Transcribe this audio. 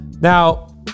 Now